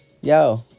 Yo